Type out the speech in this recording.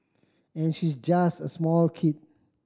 and she's just a small kid